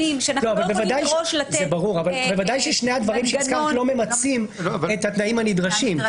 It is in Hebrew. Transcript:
זה ברור אבל בוודאי שני הדברים שהזכרת לא ממצים את התנאים הנדרשים.